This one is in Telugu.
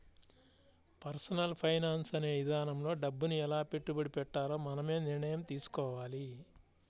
పర్సనల్ ఫైనాన్స్ అనే ఇదానంలో డబ్బుని ఎలా పెట్టుబడి పెట్టాలో మనమే నిర్ణయం తీసుకోవాలి